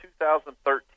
2013